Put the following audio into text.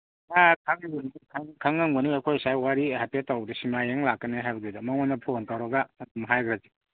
ꯈꯉꯝꯒꯅꯤ ꯑꯩꯈꯣꯏ ꯁ꯭ꯋꯥꯏ ꯋꯥꯔꯤ ꯍꯥꯏꯐꯦꯠ ꯇꯧꯕꯗ ꯁꯤꯃꯥ ꯌꯦꯡ ꯂꯥꯛꯀꯅꯤ ꯍꯥꯏꯕꯗꯨꯗ ꯃꯉꯣꯟꯗ ꯐꯣꯟ ꯇꯧꯔꯒ ꯑꯗꯨꯝ ꯍꯥꯏꯒ꯭ꯔꯒꯦ